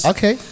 Okay